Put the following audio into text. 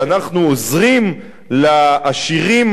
שאנחנו עוזרים לעשירים,